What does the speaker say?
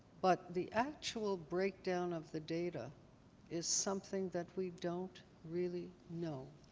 but the actual breakdown of the data is something that we don't really know.